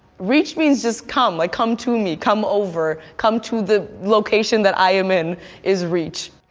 reach means just come, like come to me, come over, come to the location that i am in is reach.